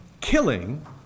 killing